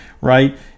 Right